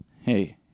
Hey